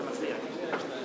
לא ניתן לך ללכת.